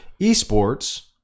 Esports